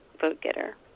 vote-getter